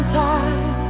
time